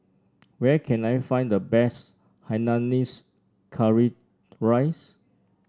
where can I find the best Hainanese Curry Rice